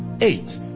eight